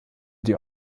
die